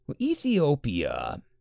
Ethiopia